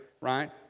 right